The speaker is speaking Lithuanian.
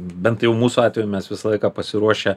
bent jau mūsų atveju mes visą laiką pasiruošę